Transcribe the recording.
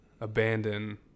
abandon